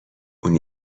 اون